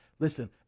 Listen